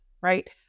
right